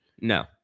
no